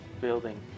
building